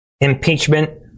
Impeachment